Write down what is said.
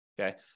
okay